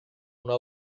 una